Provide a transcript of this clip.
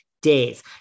days